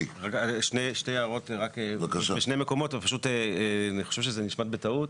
שתי הערות שכנראה נשמטו בטעות.